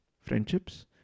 friendships